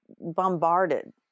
bombarded